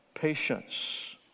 patience